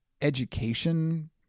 education